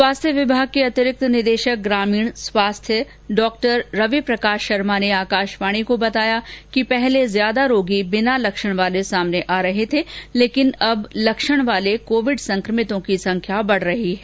स्वास्थ्य विभाग के अतिरिक्त निदेशक ग्रामीण स्वास्थ्य डॉक्टर रवि प्रकाश शर्मा ने आकाशवाणी को बताया की पहले ज्यादा रोगी बिना लक्षण वाले आमने आ रहे थे लेकिन अब लक्षण वाले कोविड संक्रमितों की संख्या बढ़ रही है